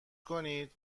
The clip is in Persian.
کنید